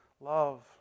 love